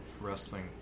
wrestling